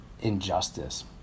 Injustice